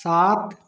सात